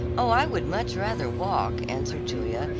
oh, i would much rather walk, answered julia,